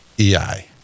EI